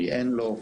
מי אין לו.